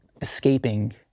escaping